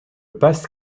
passe